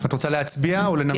את רוצה להצביע או לנמק?